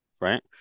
right